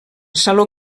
saló